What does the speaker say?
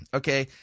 okay